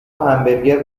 همبرگر